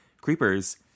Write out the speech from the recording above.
creepers